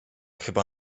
chyba